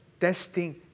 testing